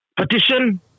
Petition